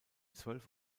zwölf